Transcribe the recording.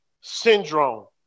syndrome